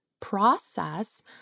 process